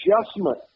adjustment